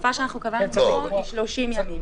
התקופה שקבענו בחוק היא 30 ימים.